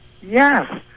Yes